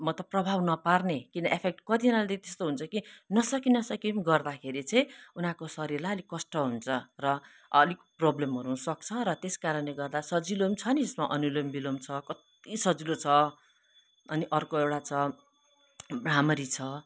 मतलब प्रभाव नपार्ने किन एफेक्ट कतिजनाले त्यस्तो हुन्छ कि नसकी नसकी पनि गर्दाखेरि चाहिँ उनीहरूको शरीरलाई अलिक कष्ट हुन्छ र अलिक प्रोब्लम हुनुसक्छ र त्यसकारणले गर्दा सजिलो पनि छ नि त्यसमा अनुलोम विलोम छ कति सजिलो छ अनि अर्को एउटा छ भ्राहमरी छ